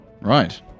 Right